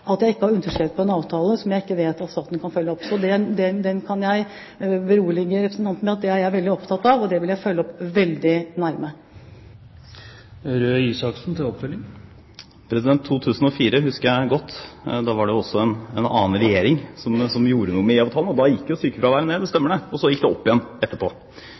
følge opp. Så jeg kan berolige representanten med at det er jeg veldig opptatt av, og det vil jeg følge opp veldig tett. 2004 husker jeg godt. Da var det også en annen regjering, som gjorde noe med IA-avtalen. Da gikk sykefraværet ned, det stemmer. Og så gikk det opp igjen etterpå,